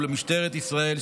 מול משטרת ישראל,